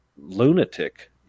lunatic